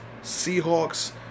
Seahawks